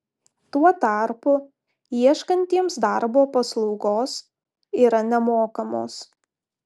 tuo tarpu ieškantiems darbo paslaugos yra nemokamos